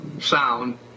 sound